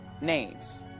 names